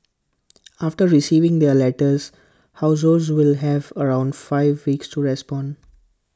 after receiving their letters households will have around five weeks to respond